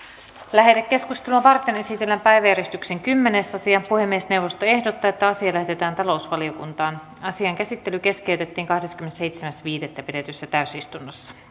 lähetekeskustelua varten esitellään päiväjärjestyksen kymmenes asia puhemiesneuvosto ehdottaa että asia lähetetään talousvaliokuntaan asian käsittely keskeytettiin kahdeskymmenesseitsemäs viidettä pidetyssä täysistunnossa